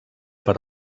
per